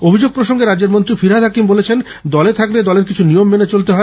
অভিযোগ প্রসঙ্গে রাজ্যের মন্ত্রী ফিরহাদ হাকিম বলেন দলে থাকলে দলের কিছু নিয়ম মেনে চলতে হয়